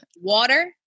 Water